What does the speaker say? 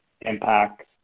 impacts